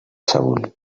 sagunt